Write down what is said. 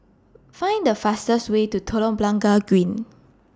Find The fastest Way to Telok Blangah Green